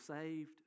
saved